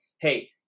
Hey